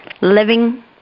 living